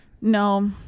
No